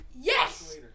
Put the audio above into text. Yes